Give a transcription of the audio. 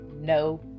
no